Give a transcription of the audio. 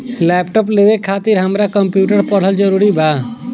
Laptop लेवे खातिर हमरा कम्प्युटर पढ़ल जरूरी बा?